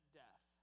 death